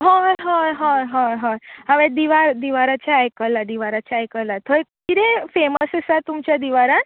हय हय हय हय हय हांवें दिवार दिवाराचें आयकलां दिवाराचें आयकला थंय कितें फेमस आसा तुमच्या दिवारान